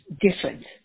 different